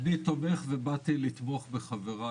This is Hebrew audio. אני תומך ובאתי לתמוך בחברי,